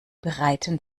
bereiten